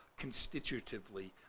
constitutively